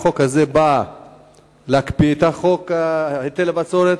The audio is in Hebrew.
החוק הזה נועד להקפיא את חוק היטל הבצורת,